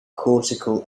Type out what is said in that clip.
cortical